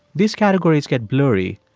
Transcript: these categories get blurry,